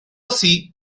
así